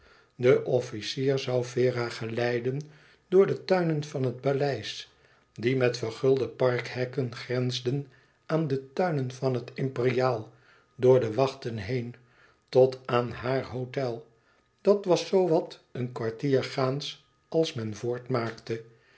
officier zoû vera geleiden door de tuinen van het paleis die met vergulde parkhekken grensden aan de tuinen van het imperiaal door de wachten heen tot aan haar hôtel dat was zoo wat een kwartier gaans als men